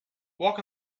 walk